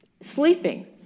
sleeping